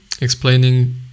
explaining